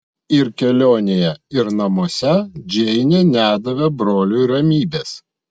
ir kelionėje ir namuose džeinė nedavė broliui ramybės